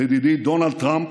לידידי דונלד טראמפ,